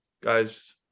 guys